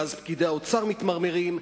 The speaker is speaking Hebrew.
ואז פקידי האוצר מתמרמרים.